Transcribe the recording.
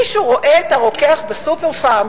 מישהו רואה את הרוקח ב"סופר-פארם",